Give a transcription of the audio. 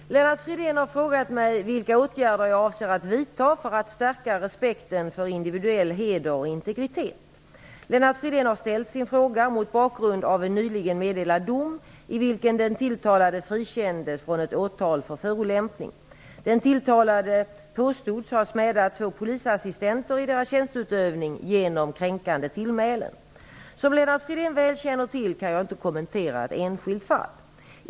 Fru talman! Lennart Fridén har frågat mig vilka åtgärder jag avser att vidta för att stärka respekten för individuell heder och integritet. Lennart Fridén har ställt sin fråga mot bakgrund av en nyligen meddelad dom i vilken den tilltalade frikändes från ett åtal för förolämpning. Den tilltalade påstods ha smädat två polisassistenter i deras tjänsteutövning genom kränkande tillmälen. Som Lennart Fridén väl känner till kan jag inte kommentera ett enskilt fall.